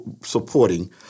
supporting